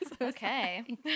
Okay